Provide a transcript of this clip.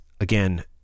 Again